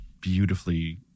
beautifully